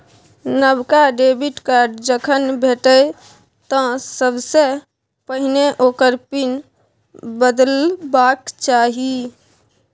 नबका debit card जखन भेटय तँ सबसे पहिने ओकर पिन बदलबाक चाही